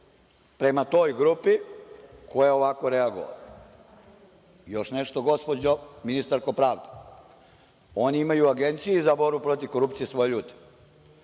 prema toj grupi koja je ovako reagovala. Još nešto, gospođo ministarko pravde, oni imaju u Agenciji za borbu protiv korupcije svoje ljude.